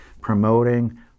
promoting